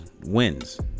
wins